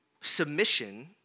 submission